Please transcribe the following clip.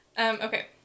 Okay